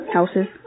Houses